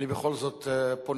בכל זאת אני פונה,